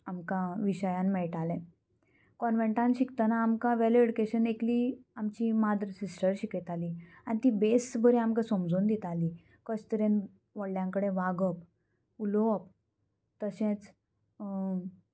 आमकां विशयान मेळटालें कॉन्वँटान शिकतना आमकां वेल्यू एडुकेशन एकली आमची माद्र सिस्टर शिकयताली आनी ती बेस बरी आमकां समजोवन दिताली कशे तरेन व्हडल्या कडेन वागप उलोवप तशेंच